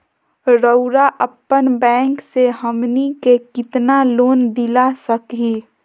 रउरा अपन बैंक से हमनी के कितना लोन दिला सकही?